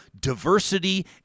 diversity